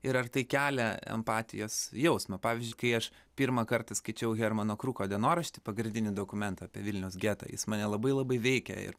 ir ar tai kelia empatijos jausmą pavyzdžiui kai aš pirmą kartą skaičiau hermano kruko dienoraštį pagrindinį dokumentą apie vilniaus getą jis mane labai labai veikia ir